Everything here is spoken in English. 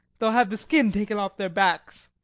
they'll have the skin taken off their backs.